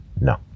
No